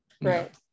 Right